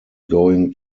going